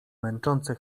męczące